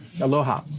Aloha